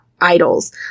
idols